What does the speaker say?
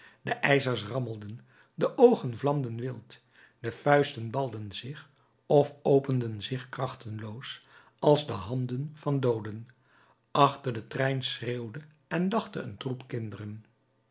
de ijzers rammelden de oogen vlamden wild de vuisten balden zich of openden zich krachteloos als de handen van dooden achter den trein schreeuwde en lachte een troep kinderen